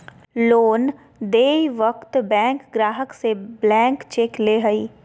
loan देय वक्त bank ग्राहक से ब्लैंक चेक ले हइ